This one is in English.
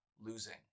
losing